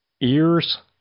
ears